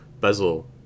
bezel